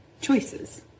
choices